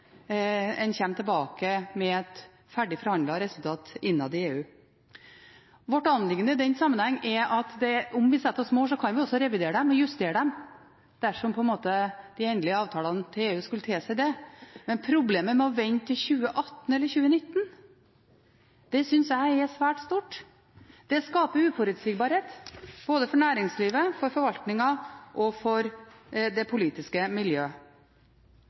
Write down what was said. en kommer tilbake med et ferdig forhandlet resultat innad i EU. Vårt anliggende i den sammenheng er at om vi setter oss mål, kan vi også revidere dem og justere dem dersom de endelige avtalene til EU skulle tilsi det. Men problemet med å vente til 2018 eller 2019 synes jeg er svært stort. Det skaper uforutsigbarhet både for næringslivet, for forvaltningen og for det politiske